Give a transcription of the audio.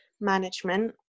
management